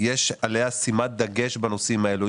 יש עליה שימת דגש בנושאים האלו.